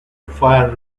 fire